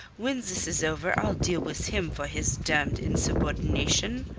when this is over i'll deal with him for his damned insubordination.